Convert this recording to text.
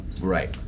Right